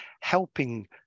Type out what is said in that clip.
helping